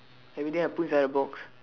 everyday I put inside the box